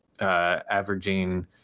averaging